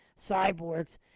cyborgs